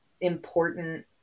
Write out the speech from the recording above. important